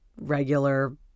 regular